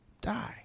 die